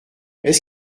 est